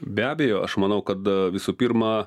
be abejo aš manau kad visų pirma